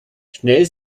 schnell